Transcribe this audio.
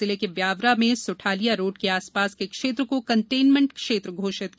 राजगढ जिले के ब्यावरा में सुठालिया रोड के आसपास के क्षेत्र को कंटेनमेंट क्षेत्र घोषित किया गया है